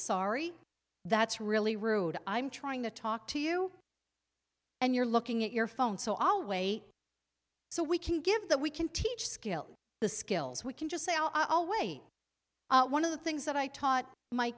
sorry that's really rude i'm trying to talk to you and you're looking at your phone so all way so we can give that we can teach skill the skills we can just say i'll weigh one of the things that i taught my